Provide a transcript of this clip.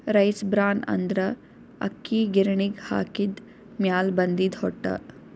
rice bran ಅಂದ್ರ ಅಕ್ಕಿ ಗಿರಿಣಿಗ್ ಹಾಕಿದ್ದ್ ಮ್ಯಾಲ್ ಬಂದಿದ್ದ್ ಹೊಟ್ಟ